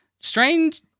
Strange